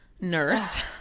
nurse